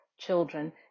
children